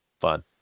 fun